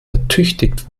ertüchtigt